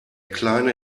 kleine